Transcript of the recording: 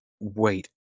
Wait